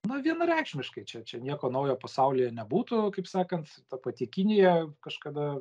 na vienareikšmiškai čia čia nieko naujo pasaulyje nebūtų kaip sakant ta pati kinija kažkada